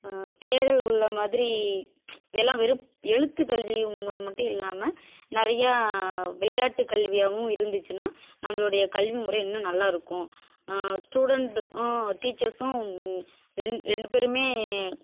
தேர்தல் உள்ள மாதிரி எல்லாம் வெறும் எழுத்துக்கல்வி மூலம் மட்டும் இல்லாமல் நிறைய விளையாட்டுக்கல்வியாகவும் இருந்துச்சின்னா நம்மளோடைய கல்விமுறை இன்னும் நல்லா இருக்கும் ஸ்டூடெண்ட் டீச்சர்ஸ்ஸும் ரெ ரெண்டு பேருமே